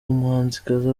umuhanzikazi